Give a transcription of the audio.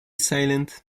silent